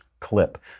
clip